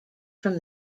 from